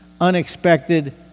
unexpected